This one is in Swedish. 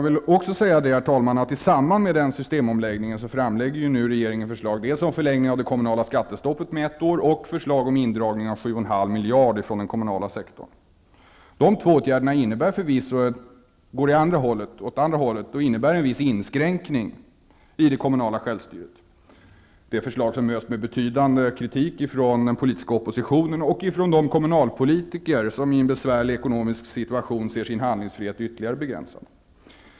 I samband med systemomläggningen lägger nu regeringen fram förslag dels om förlängning av det kommunala skattestoppet med ett år, dels om att dra in 7,5 miljarder kronor från den kommunala sektorn. Dessa två åtgärder går åt andra hållet och innebär en viss inskränkning i det kommunala självstyret. Det är förslag som möts av betydande kritik från den politiska oppositionen och från de kommunalpolitiker som i en besvärlig ekonomisk situation ser sin handlingsfrihet ytterligare begränsad.